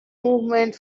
movement